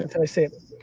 and so i say it.